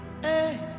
hey